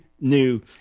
new